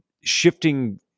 shifting